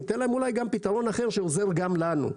ניתן להם אולי גם פתרון אחר שעוזר גם לנו,